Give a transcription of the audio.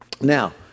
Now